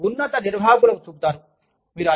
మీరు దీన్ని ఉన్నత నిర్వాహకులకు చూపుతారు